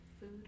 Food